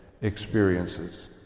experiences